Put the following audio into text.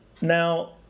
now